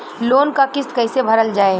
Loan क किस्त कैसे भरल जाए?